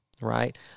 right